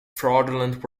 fraudulent